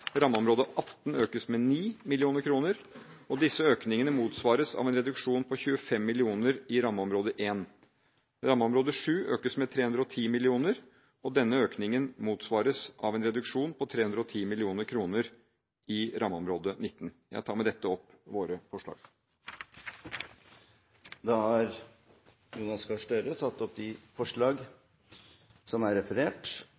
rammeområde 18 økes med 9 mill. kr. Disse økningene motsvares av en reduksjon på 25 mill. kr i rammeområde 1. Rammeområde 7 økes med 310 mill. kr. Denne økningen motsvares av en reduksjon på 310 mill. kr i rammeområde 19. Jeg tar med dette opp våre forslag. Representanten Jonas Gahr Støre har tatt opp de